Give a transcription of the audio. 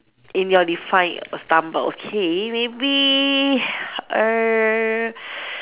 in your define of stumble okay maybe err s~